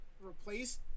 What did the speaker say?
replace